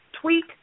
tweak